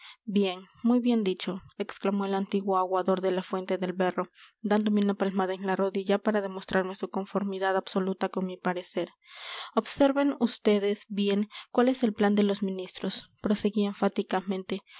bien muy bien dicho exclamó el antiguo aguador de la fuente del berro dándome una palmada en la rodilla para demostrarme su conformidad absoluta con mi parecer observen vds bien cuál es el plan de los ministros proseguí enfáticamente